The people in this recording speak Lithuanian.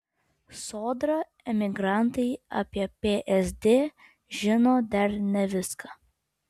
sodra emigrantai apie psd žino dar ne viską